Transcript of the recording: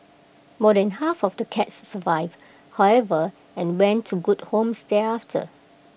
more than half of the cats survived however and went to good homes thereafter